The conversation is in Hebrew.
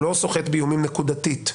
הוא לא סוחט באיומים נקודתית.